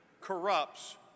corrupts